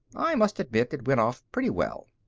i must admit it went off pretty well.